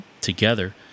together